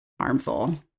harmful